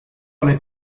alle